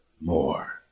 more